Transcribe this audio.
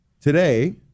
today